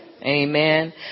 Amen